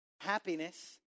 happiness